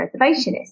reservationist